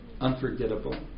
unforgettable